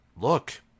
look